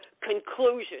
conclusion